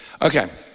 Okay